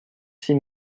six